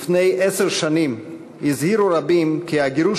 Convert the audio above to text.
לפני עשר שנים הזהירו רבים כי הגירוש